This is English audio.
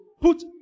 put